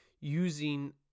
using